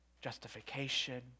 justification